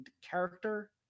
character